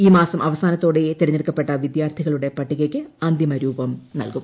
ഈ മാസം അവസാനത്തോടെ തെരഞ്ഞെടുക്കപ്പെട്ട വിദ്യാർത്ഥികളുടെ പട്ടികയ്ക്ക് അന്തിമരൂപം നൽകും